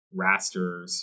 rasters